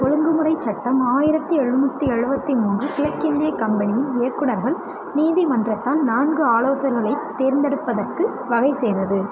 ஒழுங்குமுறைச் சட்டம் ஆயிரத்தி எழுநூற்றி எழுபத்தி மூணு கிழக்கிந்தியக் கம்பெனியின் இயக்குநர்கள் நீதிமன்றத்தால் நான்கு ஆலோசகர்களைத் தேர்ந்தெடுப்பதற்கு வகை செய்தது